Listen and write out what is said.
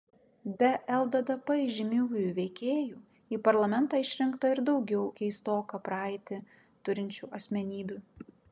be lddp įžymiųjų veikėjų į parlamentą išrinkta ir daugiau keistoką praeitį turinčių asmenybių